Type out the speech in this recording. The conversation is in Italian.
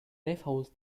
default